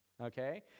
okay